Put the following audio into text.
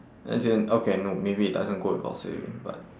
as in okay no maybe it doesn't go with our saving but